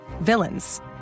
villains